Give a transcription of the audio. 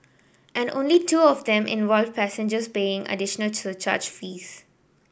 and only two of them involved passengers paying additional charge fares